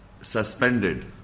suspended